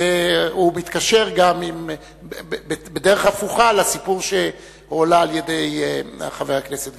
והוא מתקשר בדרך הפוכה לסיפור שהועלה על-ידי חבר הכנסת גפני.